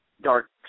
dark